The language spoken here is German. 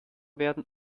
werden